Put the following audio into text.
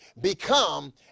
become